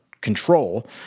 control